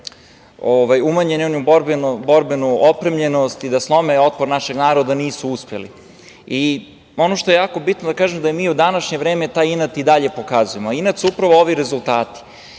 umanje njenu borbenu opremljenosti i da slome otpor našeg naroda nisu uspeli. Ono što je jako bitno da kažem je da mi u današnje vreme taj inat i dalje pokazujemo. Inat su upravo ovi rezultat,